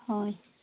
ᱦᱳᱭ